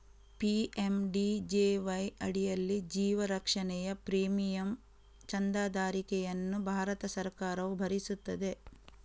PMJDY ಅಡಿಯಲ್ಲಿ ಜೀವ ರಕ್ಷಣೆಯ ಪ್ರೀಮಿಯಂ ಚಂದಾದಾರಿಕೆಯನ್ನು ಭಾರತ ಸರ್ಕಾರವು ಭರಿಸುತ್ತದೆ